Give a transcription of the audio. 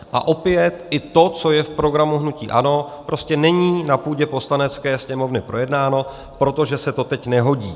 A opět, ani to, co je v programu hnutí ANO, prostě není na půdě Poslanecké sněmovny projednáno, protože se to teď nehodí.